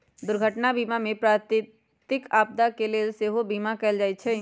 दुर्घटना बीमा में प्राकृतिक आपदा के लेल सेहो बिमा कएल जाइ छइ